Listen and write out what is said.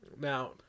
Now